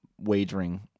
wagering